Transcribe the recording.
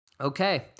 Okay